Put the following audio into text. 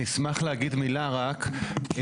אני אשמח לומר מילה אחת.